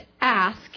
ask